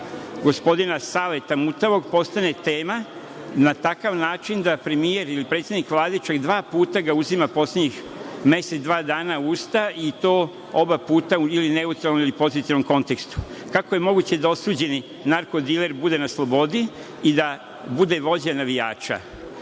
gospodina Saleta Mutavog postane tema na takav način da premijer ili predsednik Vlade čak dva puta ga uzima poslednjih mesec, dva dana u usta i to oba puta ili u neutralnom ili u pozitivnom kontekstu? Kako je moguće da osuđeni narko diler bude na slobodi i da bude vođa navijača?